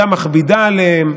גם מכבידה עליהם,